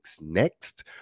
next